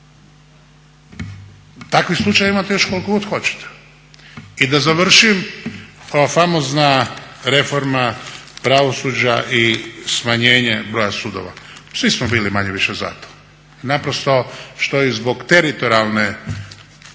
Takvih slučajeva imate još koliko god hoćete. I da završim, ova famozna reforma pravosuđa i smanjenje broja sudova. Svi smo bili manje-više za to, naprosto što i zbog teritorijalne